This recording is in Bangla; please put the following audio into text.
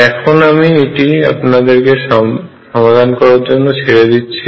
এখন আমি এটি আপনাদেরকে সমাধান করার জন্য ছেড়ে দিচ্ছি